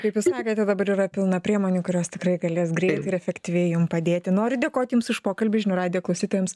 kaip jūs sakėte dabar yra pilna priemonių kurios tikrai galės greitai ir efektyviai jum padėti noriu dėkoti jums už pokalbį žinių radijo klausytojams